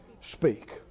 speak